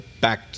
back